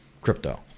crypto